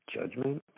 judgment